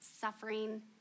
suffering